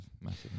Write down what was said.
massive